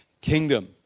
kingdom